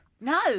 no